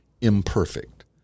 imperfect